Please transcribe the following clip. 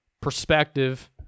perspective